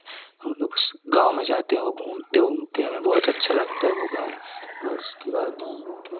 हम लोग उस गाँव में जाते हैं वह घूमते उमते हैं हमें बहुत अच्छा लगता है वह गाँव और उसके बाद ही